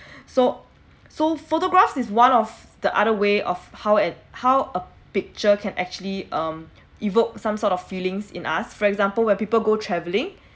so so photograph is one of the other way of how at how a picture can actually um evoke some sort of feelings in us for example where people go travelling